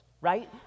right